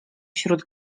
wśród